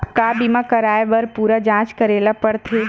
का बीमा कराए बर पूरा जांच करेला पड़थे?